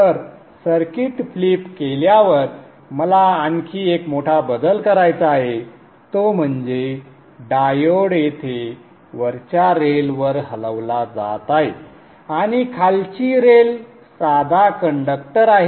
तर circuit flip केल्यावर मला आणखी एक मोठा बदल करायचा आहे तो म्हणजे डायोड येथे वरच्या रेल वर हलवला जात आहे आणि खालची रेल साधा कंडक्टर आहे